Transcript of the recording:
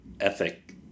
ethic